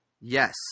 Yes